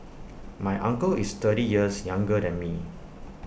my uncle is thirty years younger than me